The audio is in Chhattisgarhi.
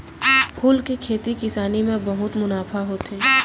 फूल के खेती किसानी म बहुत मुनाफा होथे